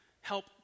help